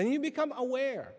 then you become aware